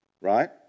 right